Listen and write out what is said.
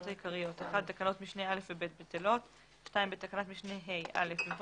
העיקריות: תקנות משנה (א) ו-(ב) בטלות.